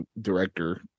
director